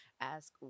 ask